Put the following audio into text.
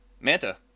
Manta